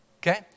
Okay